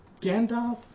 Gandalf